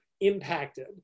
impacted